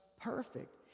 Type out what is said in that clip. perfect